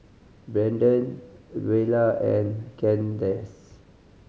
Brandan Luella and Kandace